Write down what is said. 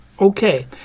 Okay